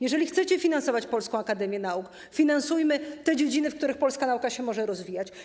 Jeżeli chcecie finansować Polską Akademię Nauk, finansujmy te dziedziny, w których polska nauka może się rozwijać.